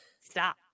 stop